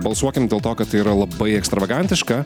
balsuokim dėl to kad tai yra labai ekstravagantiška